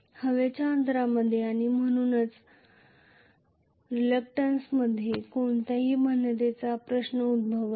हवेच्या अंतरामध्ये आणि म्हणूनच रिलक्टंन्समध्ये कोणत्याही भिन्नतेचा प्रश्न उद्भवत नाही